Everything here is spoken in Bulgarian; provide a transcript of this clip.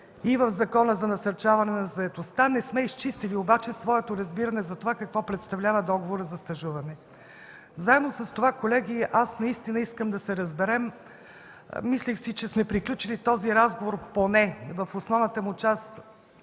и в Закона за насърчаване на заетостта. Не сме изчистили обаче своето разбиране за това какво представлява договорът за стажуване. Заедно с това, колеги, аз наистина искам да се разберем – мислех, че сме приключили този разговор, поне в основната му част,